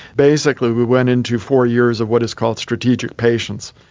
basically we went into four years of what is called strategic patience.